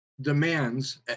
demands